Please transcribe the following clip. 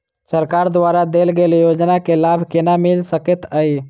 सरकार द्वारा देल गेल योजना केँ लाभ केना मिल सकेंत अई?